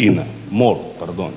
INA, MOL pardon,